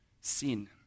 sin